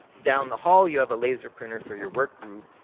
down the hall, you have a laser printer for your work group.